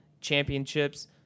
championships